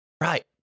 Right